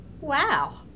Wow